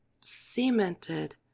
cemented